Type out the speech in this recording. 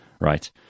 right